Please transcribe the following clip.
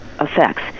effects